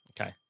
Okay